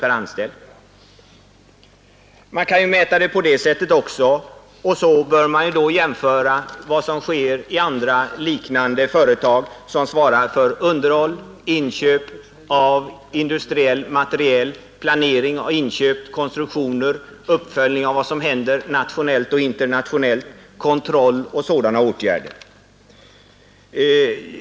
På det sättet kan man mäta storleken och jämföra med förhållandena i andra företag, som svarar för inköp och underhåll av industriell materiel, planering, konstruktioner, kontroll, uppföljning av vad som händer nationellt och internationellt osv.